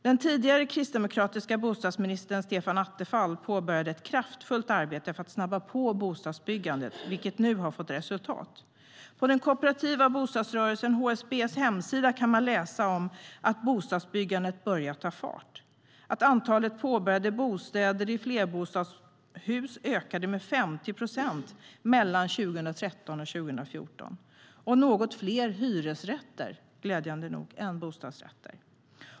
Den tidigare kristdemokratiske bostadsministern Stefan Attefall påbörjade ett kraftfullt arbete för att snabba på bostadsbyggandet, vilket nu har gett resultat. På den kooperativa bostadsrörelsen HSB:s hemsida kan man läsa att bostadsbyggandet börjar ta fart, att antalet påbörjade bostäder i flerbostadshus ökade med 50 procent mellan 2013 och 2014 och att det var något fler hyresrätter, glädjande nog, än bostadsrätter.